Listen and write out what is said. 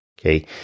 Okay